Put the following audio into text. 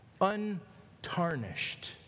untarnished